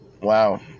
Wow